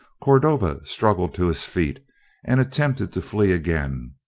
cordova struggled to his feet and attempted to flee again.